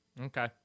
Okay